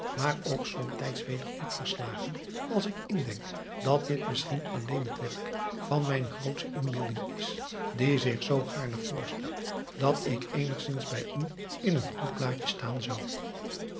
maar ook somtijds weder diep verslagen als ik driaan oosjes zn et leven van illegonda uisman indenk dat dit misschien alleen het werk van mijne grootsche inbeelding is die zich zoo gaarne voorstelt dat ik eenigzins bij u in een goed blaadje staan zou